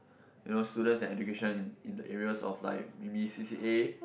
you know students and education in in the areas of like maybe C_C_A